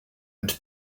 and